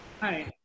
Hi